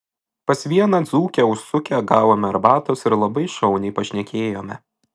pas vieną dzūkę užsukę gavome arbatos ir labai šauniai pašnekėjome